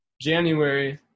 January